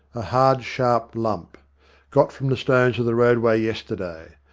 a hard, sharp lump got from the stones of the roadway yesterday.